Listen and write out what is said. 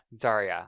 Zarya